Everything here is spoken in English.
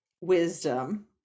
wisdom